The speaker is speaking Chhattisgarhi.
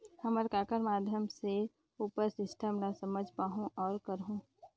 हम ककर माध्यम से उपर सिस्टम ला समझ पाहुं और करहूं?